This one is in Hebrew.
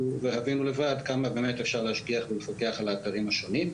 והבינו לבד כמה אפשר באמת להשגיח ולפקח על האתרים השונים.